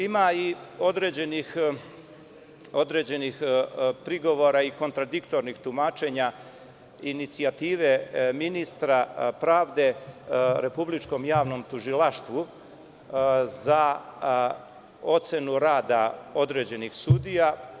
Ima i određenih prigovara i kontradiktornih tumačenja inicijative ministra pravde Republičkom javnom tužilaštvu za ocenu rada određenih sudija.